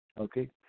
okay